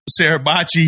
Sarabachi